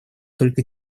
только